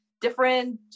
different